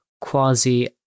quasi